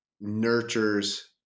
nurtures